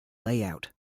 layout